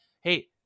hey